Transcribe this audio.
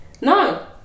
No